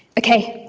okay,